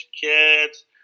kids